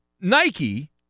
Nike